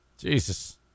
Jesus